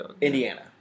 Indiana